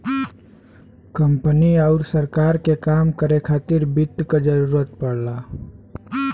company आउर सरकार के काम के करे खातिर वित्त क जरूरत पड़ला